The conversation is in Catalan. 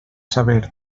saber